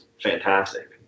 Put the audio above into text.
fantastic